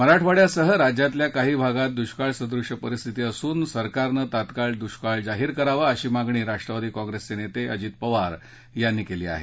मराठवाड्यासह राज्यातल्या काही भागात दुष्काळ सदृश्य परिस्थिती असून सरकारनं तात्काळ दुष्काळ जाहीर करावा अशी मागणी राष्ट्रवादी काँप्रेसचे नेते अजित पवार यांनी केली आहे